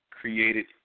Created